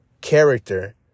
character